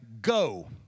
Go